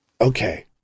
Okay